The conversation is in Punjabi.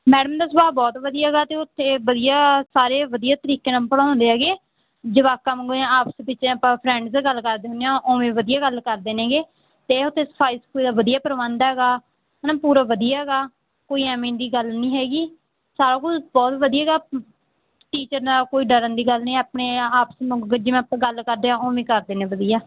ਮੈਡਮ ਦਾ ਸੁਭਾਅ ਬਹੁਤ ਵਧੀਆ ਗਾ ਅਤੇ ਉੱਥੇ ਵਧੀਆ ਸਾਰੇ ਵਧੀਆ ਤਰੀਕੇ ਨਾਲ ਪੜ੍ਹਾਉਂਦੇ ਹੈਗੇ ਜਵਾਕਾਂ ਵਾਂਗੂ ਜਾਂ ਆਪਸ ਵਿੱਚ ਆਪਾਂ ਫਰੈਂਡਸ ਗੱਲ ਕਰਦੇ ਹੁੰਦੇ ਹਾਂ ਉਵੇਂ ਵਧੀਆ ਗੱਲ ਕਰਦੇ ਨੇਗੇ ਅਤੇ ਉੱਥੇ ਸਫ਼ਾਈ ਸਫੂਈ ਦਾ ਵਧੀਆ ਪ੍ਰਬੰਧ ਹੈਗਾ ਹੈ ਨਾ ਪੂਰਾ ਵਧੀਆ ਗਾ ਕੋਈ ਐਂਵੇਂ ਦੀ ਗੱਲ ਨਹੀਂ ਹੈਗੀ ਸਾਰਾ ਕੁਝ ਬਹੁਤ ਵਧੀਆ ਗਾ ਟੀਚਰ ਨਾਲ ਕੋਈ ਡਰਨ ਦੀ ਗੱਲ ਨਹੀਂ ਆਪਣੇ ਆਪਸ ਵਾਂਗੂ ਜਿਵੇਂ ਆਪਾਂ ਗੱਲ ਕਰਦੇ ਹਾਂ ਉਵੇਂ ਕਰਦੇ ਨੇ ਵਧੀਆ